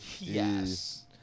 Yes